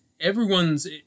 everyone's